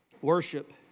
Worship